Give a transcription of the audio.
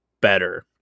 better